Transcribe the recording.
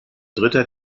dritter